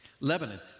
Lebanon